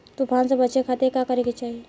तूफान से बचे खातिर का करे के चाहीं?